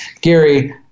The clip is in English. Gary